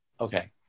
Okay